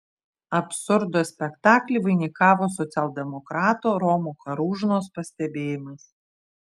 absurdo spektaklį vainikavo socialdemokrato romo karūžnos pastebėjimas